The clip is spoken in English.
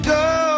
go